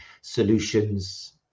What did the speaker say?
solutions